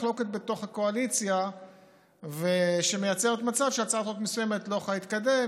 מחלוקת בתוך הקואליציה שמייצרת מצב שהצעת חוק מסוימת לא יכולה להתקדם,